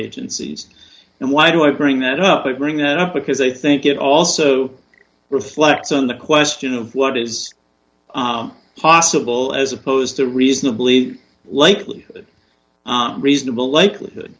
agencies and why do i bring that up it bring that up because i think it also reflects on the question of what is possible as opposed to reasonably likely out reasonable likelihood